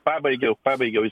pabaigiau pabaigiau